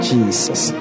Jesus